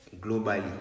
globally